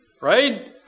Right